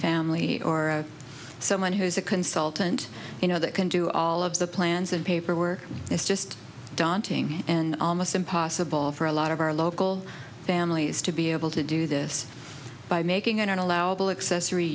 family or someone who's a consultant you know that can do all of the plans and paperwork is just daunting and almost impossible for a lot of our local families to be able to do this by making an allowable accessory